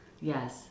Yes